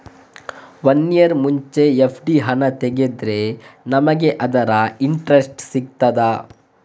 One year ಮುಂಚೆ FD ಹಣ ತೆಗೆದ್ರೆ ನಮಗೆ ಅದರ ಇಂಟ್ರೆಸ್ಟ್ ಸಿಗ್ತದ?